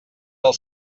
del